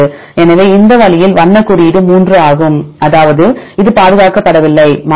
எனவே இந்த வழியில் வண்ண குறியீடு 3 ஆகும் அதாவது இது பாதுகாக்கப்படவில்லை மாறுபடும்